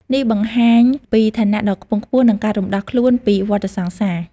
នេះបញ្ជាក់ពី ឋានៈដ៏ខ្ពង់ខ្ពស់ និងការរំដោះខ្លួន ពីវដ្តសង្សារ។